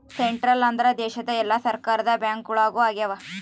central ಅಂದ್ರ ದೇಶದ ಎಲ್ಲಾ ಸರ್ಕಾರದ ಬ್ಯಾಂಕ್ಗಳು ಆಗ್ಯಾವ